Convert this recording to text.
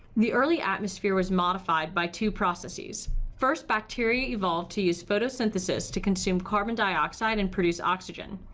the early atmosphere was modified by two processes. first, bacteria evolved to use photosynthesis to consume carbon dioxide and produce oxygen.